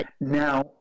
Now